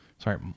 Sorry